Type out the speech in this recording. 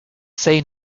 say